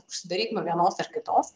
užsidaryt nuo vienos ar kitos